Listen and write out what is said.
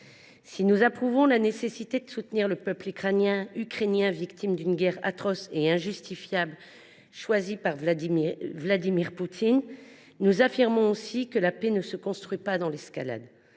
Si nous approuvons la nécessité de soutenir le peuple ukrainien, victime d’une guerre atroce et injustifiable choisie par Vladimir Poutine, nous affirmons aussi que la paix ne se construit pas dans l’escalade.